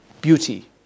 beauty